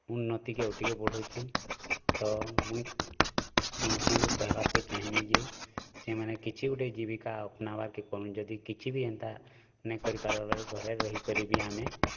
ଉନ୍ନତି୍ କେ ଆଉ ଟିକେ ବଢ଼ଉଛି ତ ମୁଇଁ ସମସ୍ତଙ୍କୁ କହିବାର୍ କେ ଚାହିଁବି୍ ଯେ ସେମାନେ କିଛି ଗୋଟେ ଜୀବିକା ଅପ୍ନାବାର୍ କେ କନ୍ ଯଦି କିଛି ବି ଏନ୍ତା ନାଇଁ କରି ପାର୍ବ ଘରେ ରହି କରି ବି ଆମେ